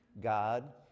God